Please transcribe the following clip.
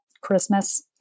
Christmas